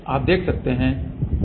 अब देखते हैं कि S11 क्या है